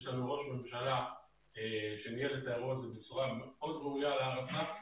יש לנו ראש ממשלה שניהל את האירוע הזה בצורה מאוד ראויה להערכה.